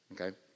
Okay